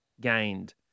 gained